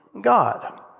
God